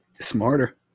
Smarter